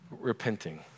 repenting